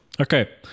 Okay